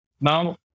Now